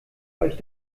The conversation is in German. euch